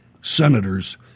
senators